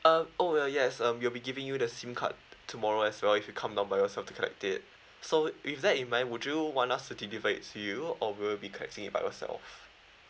uh oh yes uh we'll be giving you the sim card tomorrow as well if you come down by yourself to collect it so with that in mind would you want us to deliver it to you or will you be collecting it by yourself